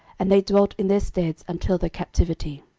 and they dwelt in their steads until the captivity.